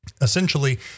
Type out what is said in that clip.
Essentially